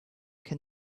can